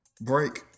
Break